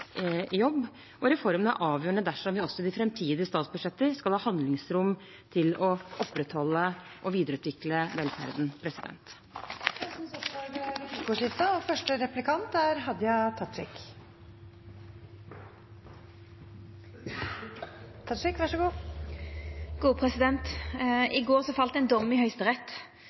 i jobb. Reformen er avgjørende dersom vi også i de framtidige statsbudsjetter skal ha handlingsrom til å opprettholde og videreutvikle velferden. Det blir replikkordskifte. I går fall det ein dom i